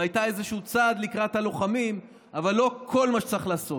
והייתה איזשהו צעד לקראת הלוחמים אבל לא כל מה שצריך לעשות.